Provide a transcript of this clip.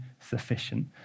sufficient